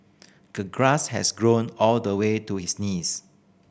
the grass has grown all the way to his knees